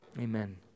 amen